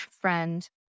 friend